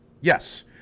Yes